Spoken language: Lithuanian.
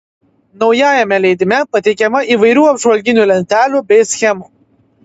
naujajame leidime pateikiama įvairių apžvalginių lentelių bei schemų